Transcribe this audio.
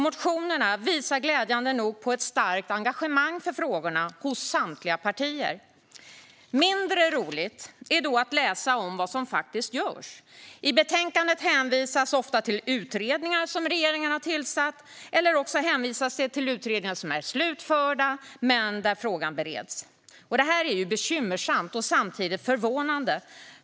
Motionerna visar glädjande nog på ett starkt engagemang för frågorna hos samtliga partier. Mindre roligt är då att läsa om vad som faktiskt görs. I betänkandet hänvisas ofta till utredningar som regeringen har tillsatt eller också hänvisas det till utredningar som är slutförda men där frågan bereds. Det är bekymmersamt och samtidigt förvånande.